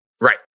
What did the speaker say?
Right